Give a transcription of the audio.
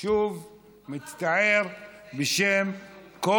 שוב, מצטער בשם כל